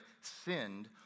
sinned